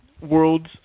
Worlds